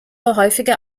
häufige